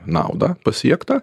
naudą pasiektą